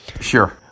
Sure